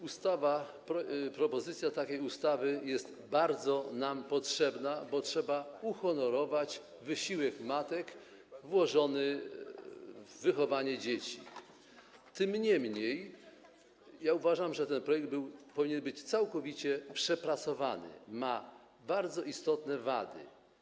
Ustawa, propozycja takiej ustawy jest bardzo potrzebna, bo trzeba uhonorować wysiłek matek włożony w wychowanie dzieci, niemniej uważam, że ten projekt powinien zostać całkowicie przepracowany, bo ma on bardzo istotne wady.